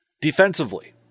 Defensively